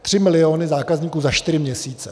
Tři miliony zákazníků za čtyři měsíce.